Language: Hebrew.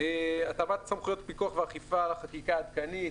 התאמת סמכויות פיקוח ואכיפה לחקיקה העדכנית,